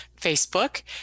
Facebook